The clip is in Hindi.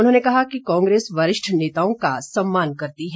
उन्होंने कहा कि कांग्रेस वरिष्ठ नेताओं का सम्मान करती है